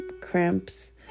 cramps